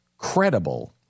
credible